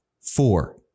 four